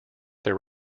their